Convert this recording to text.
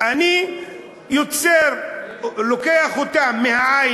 זה שאני מרחיק אותם מהעין,